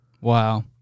Wow